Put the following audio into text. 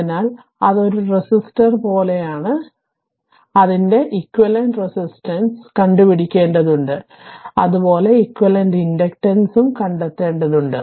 അതിനാൽ അത് ഒരു റെസിസ്റ്റർ പോലെയാണ് അതിനാൽ അതിന്റെ ഇക്വിവാലെന്റ് റെസിസ്റ്റൻസ് കണ്ടു പിടിക്കേണ്ടതുണ്ട് അതെ പോലെ ഇക്വിവാലെന്റ് ഇൻഡക്റ്റൻസ് കണ്ടെത്തേണ്ടതുണ്ട്